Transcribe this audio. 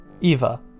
eva